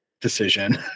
decision